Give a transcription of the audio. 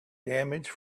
damage